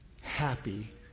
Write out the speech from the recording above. happy